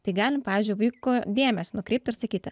tai galim pavyzdžiui vaiko dėmesį nukreipti ir sakyti